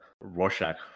Rorschach